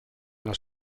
las